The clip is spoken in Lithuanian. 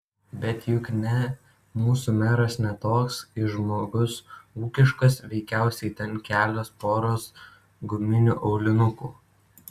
bet juk ne mūsų meras ne toks jis žmogus ūkiškas veikiausiai ten kelios poros guminių aulinukų